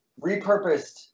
repurposed